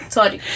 Sorry